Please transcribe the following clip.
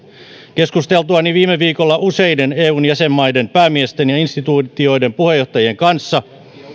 keskusteltuani viime viikolla useiden eun jäsenmaiden päämiesten ja instituutioiden puheenjohtajien kanssa